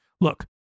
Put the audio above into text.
Look